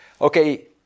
Okay